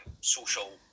social